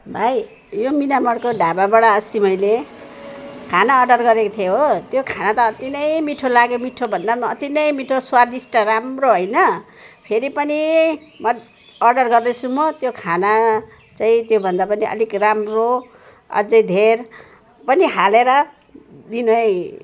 भाइ यो मिलनमोडको ढाबाबाट अस्ति मैले खाना अर्डर गरेको थिएँ हो त्यो खाना त अति नै मिठो लाग्यो मिठो भन्दा पनि अति नै मिठो स्वादिष्ट राम्रो होइन फेरि पनि म त अर्डर गर्दैछु म त्यो खाना चाहिँ त्योभन्दा पनि अलिक राम्रो अझै धेर पनि हालेर दिनु है